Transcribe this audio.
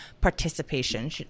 participation